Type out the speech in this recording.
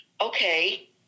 okay